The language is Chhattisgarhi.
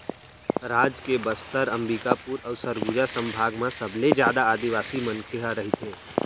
राज के बस्तर, अंबिकापुर अउ सरगुजा संभाग म सबले जादा आदिवासी मनखे ह रहिथे